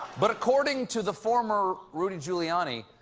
but according to the former rudy giuliani,